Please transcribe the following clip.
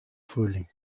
frühling